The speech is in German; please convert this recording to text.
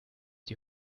die